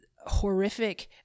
horrific